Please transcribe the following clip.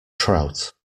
trout